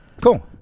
Cool